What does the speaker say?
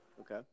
Okay